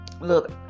look